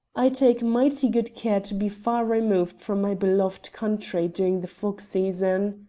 i take mighty good care to be far removed from my beloved country during the fog season.